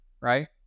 right